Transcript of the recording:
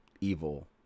evil